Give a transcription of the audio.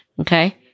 Okay